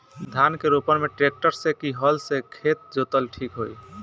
धान के रोपन मे ट्रेक्टर से की हल से खेत जोतल ठीक होई?